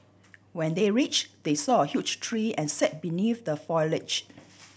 when they reached they saw a huge tree and sat beneath the foliage